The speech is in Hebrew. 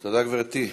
תודה, גברתי.